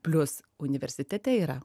plius universitete yra